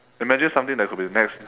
imagine something that could be the next